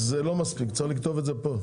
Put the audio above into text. זה לא מספיק, צריך לכתוב את זה פה.